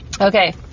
okay